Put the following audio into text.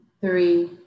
three